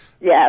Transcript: Yes